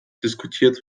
diskutiert